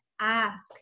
ask